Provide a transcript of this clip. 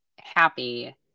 happy